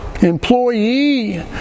employee